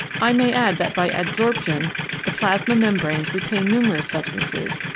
i may add that by ad sorption the plasma membranes retain numerous substances,